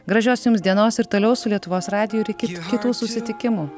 gražios jums dienos ir toliau su lietuvos radiju ir iki kitų susitikimų